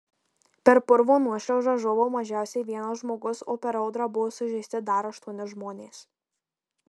per purvo nuošliaužą žuvo mažiausiai vienas žmogus o per audrą buvo sužeisti dar aštuoni žmonės